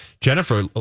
Jennifer